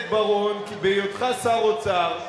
מדוע אתה, חבר הכנסת בר-און, בהיותך שר אוצר,